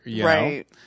right